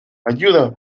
ayuda